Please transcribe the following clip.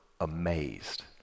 amazed